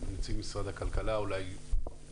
נציג משרד הכלכלה בבקשה.